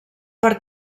per